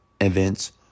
events